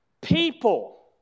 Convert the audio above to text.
people